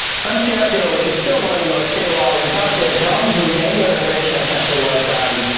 from trpo, which is still one of the most stable algorithms out there, john's main reservation essentially was that